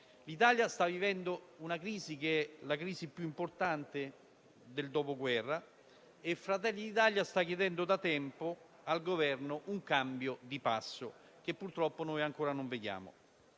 L'Italia sta vivendo una crisi che è la più importante del Dopoguerra e Fratelli d'Italia sta chiedendo da tempo al Governo un cambio di passo che purtroppo ancora non vediamo.